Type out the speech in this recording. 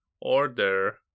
order